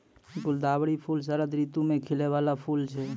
गुलदावरी फूल शरद ऋतु मे खिलै बाला फूल छै